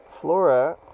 Flora